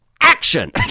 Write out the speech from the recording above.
action